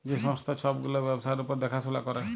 যে সংস্থা ছব গুলা ব্যবসার উপর দ্যাখাশুলা ক্যরে